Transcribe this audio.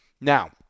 Now